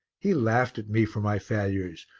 he laughed at me for my failures,